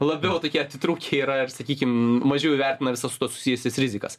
labiau tokie atitrūkę yra ir sakykim mažiau įvertina visas su tuo susijusias rizikas